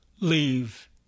leave